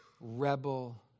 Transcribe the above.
rebel